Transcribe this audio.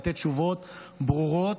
לתת תשובות ברורות,